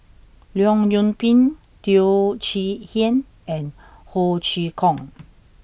Leong Yoon Pin Teo Chee Hean and Ho Chee Kong